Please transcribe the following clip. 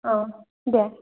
अ दे